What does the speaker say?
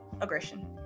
aggression